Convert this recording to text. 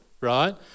Right